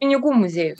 pinigų muziejus